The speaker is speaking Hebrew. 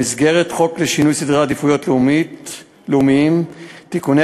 במסגרת חוק לשינוי סדרי עדיפויות לאומיים (תיקוני